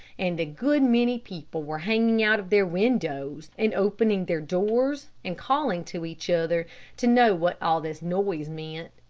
and a good many people were hanging out of their windows and opening their doors, and calling to each other to know what all this noise meant.